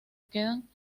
quedan